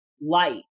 light